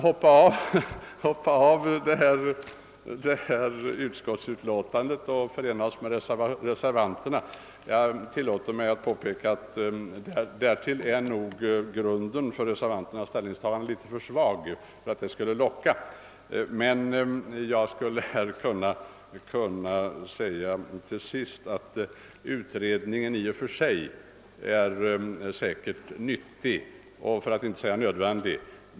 Herr Franzén anser att jag borde kanske nu »hoppa av» från utskottsutlåtandet och i stället förena mig med reservanterna, men jag tillåter mig påpeka att grunden för reservanternas ställningstagande är litet för svag för att kunna locka mig. Låt mig framhålla att utredningen i och för sig säkerligen är nyttig, för att inte säga nödvändig.